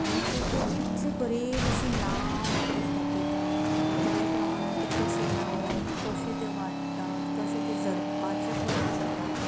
आनी ताजेर इतले बरे भशेन लांब केंस दाखयता बरे प्रमाणान ते कशें लावप कशें तें वाडटात कशे ते झडपाचे बंद जाता